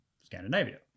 Scandinavia